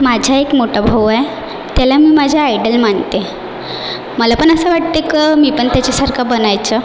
माझा एक मोठा भाऊ आहे त्याला मी माझे आयडल मानते मला पण असं वाटते की मी पण त्याच्यासारखं बनायचं